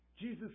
Jesus